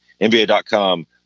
nba.com